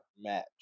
match